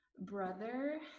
Brother